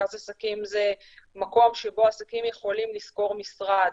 מרכז עסקים זה מקום שבו עסקים יכולים לשכור משרד.